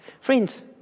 friends